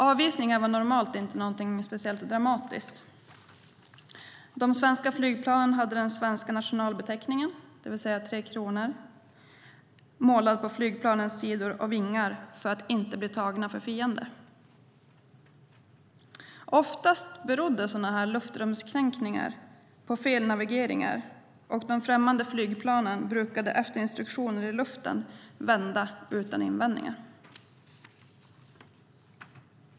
Avvisningar var normalt inte något dramatiskt. De svenska flygplanen hade den svenska nationalbeteckningen, det vill säga tre kronor, målad på flygplanens sidor och vingar för att inte bli tagna för fiender. Oftast berodde luftrumskränkningar på felnavigeringar, och de främmande flygplanen brukade efter instruktioner i luften vända utan invändningar.